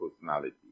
personality